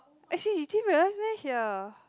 actually you didn't realise meh here